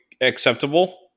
acceptable